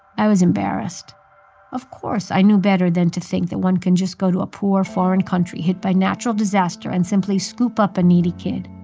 i was embarrassed of course, i knew better than to think that one can just go to a poor, foreign country hit by natural disaster and simply scoop up a needy kid.